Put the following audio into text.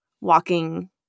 walking